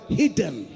hidden